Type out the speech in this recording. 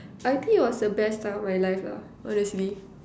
I think it was the best time of my life lah honestly